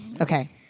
Okay